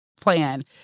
plan